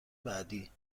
بعدی